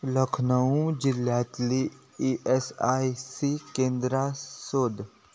लखनऊ जिल्ल्यांतलीं E S I C केंद्रां सोद